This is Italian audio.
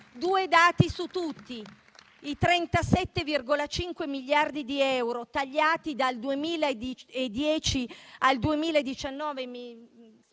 Due dati su tutti: i 37,5 miliardi di euro tagliati dal 2010 al 2019.